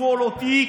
נתפור לו תיק,